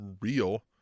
real